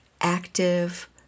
active